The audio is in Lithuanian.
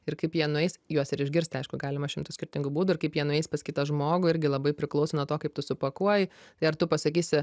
ir kaip vienais juos ir išgirsti aišku galima šimtus skirtingų būdų kaip jie nueis pas kitą žmogų irgi labai priklauso nuo to kaip tu supakuoji tai ar tu pasakysi